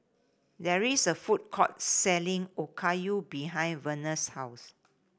there is a food court selling Okayu behind Verner's house